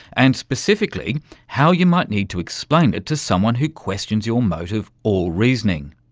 and specifically how you might need to explain it to someone who questions your motive or reasoning.